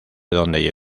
donde